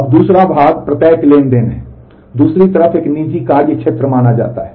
अब दूसरा भाग प्रत्येक ट्रांज़ैक्शन है दूसरी तरफ एक निजी कार्य क्षेत्र माना जाता है